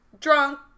drunk